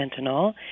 fentanyl